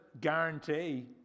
guarantee